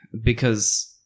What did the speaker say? because-